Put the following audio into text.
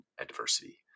adversity